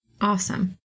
awesome